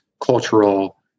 cultural